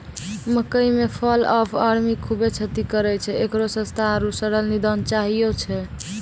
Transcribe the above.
मकई मे fall of army खूबे क्षति करेय छैय, इकरो सस्ता आरु सरल निदान चाहियो छैय?